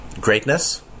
greatness